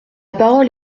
parole